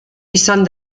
izan